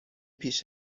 پیش